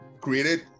created